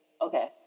Okay